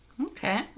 Okay